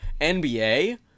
NBA